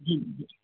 जी